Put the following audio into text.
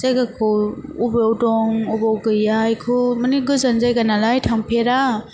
जायगाखौ अबेयाव दं अबेयाव गैया एखौ मानि गोजान जायगा नालाय थांफेरा